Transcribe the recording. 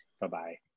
Bye-bye